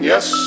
Yes